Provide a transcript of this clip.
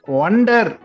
Wonder